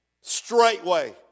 Straightway